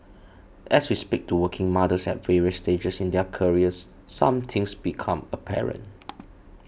as we speak to working mothers at various stages in their careers some things become apparent